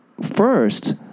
First